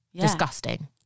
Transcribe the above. disgusting